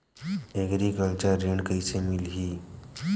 Agriculture ऋण कइसे मिलही?